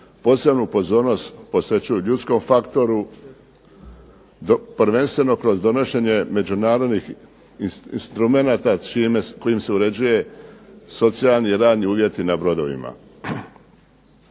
posebnu pozornost posvećuju ljudskom faktoru, prvenstveno kroz donošenje međunarodnih instrumenata kojim se uređuju socijalni i radni uvjeti na brodovima.